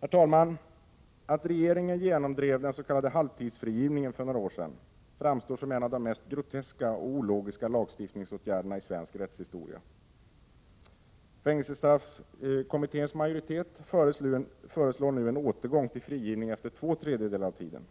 Herr talman! Att regeringen genomdrev den s.k. halvtidsfrigivningen för några år sedan framstår som en av de mest groteska och ologiska lagstiftningsåtgärderna i Sveriges rättshistoria. efter två tredjedelar av tiden.